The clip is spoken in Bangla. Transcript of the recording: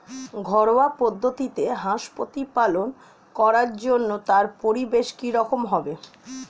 ঘরোয়া পদ্ধতিতে হাঁস প্রতিপালন করার জন্য তার পরিবেশ কী রকম হবে?